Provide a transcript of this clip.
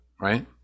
right